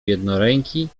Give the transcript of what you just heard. jednoręki